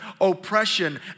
oppression